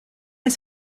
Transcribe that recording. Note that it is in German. ist